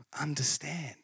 understand